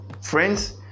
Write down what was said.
friends